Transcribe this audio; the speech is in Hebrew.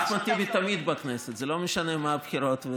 אחמד טיבי תמיד בכנסת, זה לא משנה מה הבחירות.